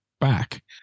back